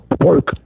Work